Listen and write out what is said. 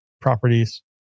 properties